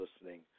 listening